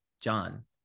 John